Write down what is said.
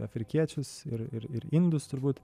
afrikiečius ir ir indus turbūt